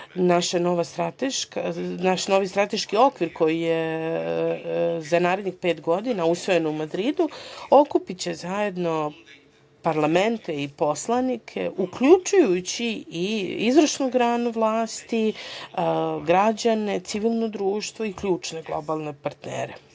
Naš novi strateški okvir koji je za narednih pet godina usvojen u Madridu okupiće zajedno parlamente i poslanike, uključujući i izvršnu granu vlasti, građane, civilno društvo i ključne globalne partnere.